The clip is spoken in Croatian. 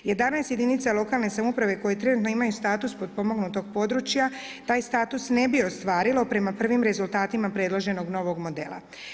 11 jedinica lokalne samouprave koje trenutno imaju status potpomognutog područja taj status ne bi ostvarilo prema prvim rezultatima predloženog novog modela.